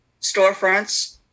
storefronts